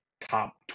top